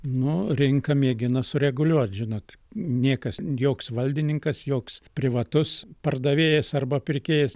nu rinka mėgina sureguliuot žinot niekas joks valdininkas joks privatus pardavėjas arba pirkėjas